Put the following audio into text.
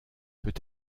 peut